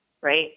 right